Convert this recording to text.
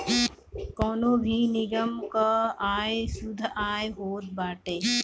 कवनो भी निगम कअ आय शुद्ध आय होत बाटे